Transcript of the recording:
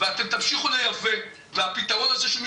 ואתם תמשיכו לייבא והפתרון הזה של מי